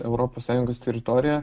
europos sąjungos teritoriją